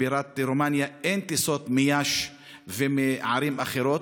בירת רומניה, אין טיסות מיאשי ומערים אחרות.